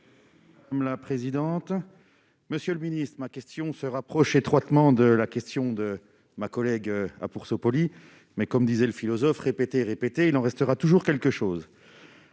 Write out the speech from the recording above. relance. La présidente, monsieur le ministre, ma question se rapproche étroitement de la question de ma collègue a pour ce Poli mais comme disait le philosophe, répété, répété, il en restera toujours quelque chose